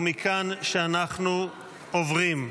ומכאן שאנחנו עוברים,